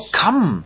come